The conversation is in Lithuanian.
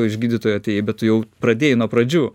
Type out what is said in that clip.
iš gydytojų atėjai bet tu jau pradėjai nuo pradžių